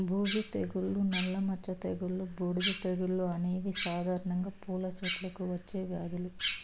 బూజు తెగులు, నల్ల మచ్చ తెగులు, బూడిద తెగులు అనేవి సాధారణంగా పూల చెట్లకు వచ్చే వ్యాధులు